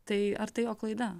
tai ar tai jo klaida